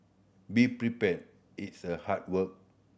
be prepared its a hard work